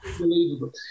unbelievable